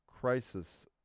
Crisis